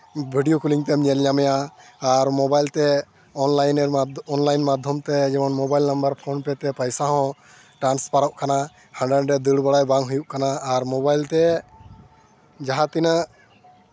video calling ᱛᱮᱢ ᱧᱮᱞ ᱧᱟᱢᱮᱭᱟ ᱟᱨ ᱢᱳᱵᱟᱭᱤᱞ ᱛᱮ ᱚᱱᱞᱟᱭᱤᱱ ᱢᱟᱫᱽᱫᱷᱚᱢᱮ ᱚᱱᱞᱟᱭᱤᱱᱮᱨ ᱚᱱᱞᱟᱭᱤᱱ ᱢᱟᱫᱽᱫᱷᱚᱢ ᱛᱮ ᱡᱮᱢᱚᱱ ᱢᱳᱵᱟᱭᱤᱞ ᱱᱟᱢᱵᱟᱨ ᱯᱷᱳᱱᱼᱯᱮ ᱛᱮ ᱯᱚᱭᱥᱟ ᱦᱚᱸ ᱴᱨᱟᱱᱥᱯᱷᱟᱨᱚᱜ ᱠᱟᱱᱟ ᱦᱟᱸᱰᱮ ᱱᱟᱸᱰᱮ ᱫᱟᱹᱲ ᱵᱟᱲᱟᱭ ᱵᱟᱝ ᱦᱩᱭᱩᱜ ᱠᱟᱱᱟ ᱟᱨ ᱢᱳᱵᱟᱭᱤᱞ ᱛᱮ ᱡᱟᱦᱟᱸ ᱛᱤᱱᱟᱹᱜ